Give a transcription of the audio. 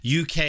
UK